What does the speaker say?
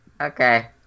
okay